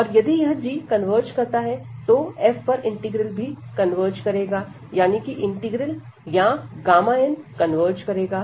और यदि यह g कन्वर्ज करता है तो f पर इंटीग्रल भी कन्वर्ज करेगा यानी कि इंटीग्रल या n कन्वर्ज करेगा